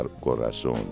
corazón